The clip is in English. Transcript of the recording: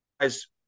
guys